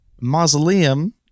mausoleum